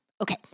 Okay